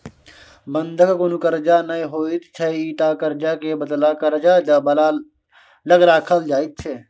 बंधक कुनु कर्जा नै होइत छै ई त कर्जा के बदला कर्जा दे बला लग राखल जाइत छै